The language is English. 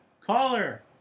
Caller